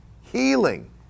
healing